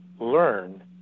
learn